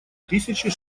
тысячи